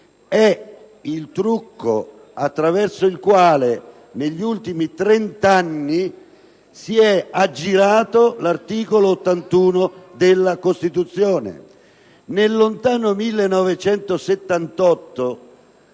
è il trucco attraverso il quale negli ultimi trent'anni si è aggirato l'articolo 81 della Costituzione. Nel lontano 1978,